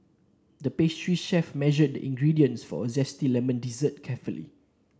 the pastry chef measured the ingredients for a zesty lemon dessert carefully